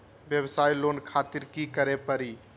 वयवसाय लोन खातिर की करे परी?